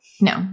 No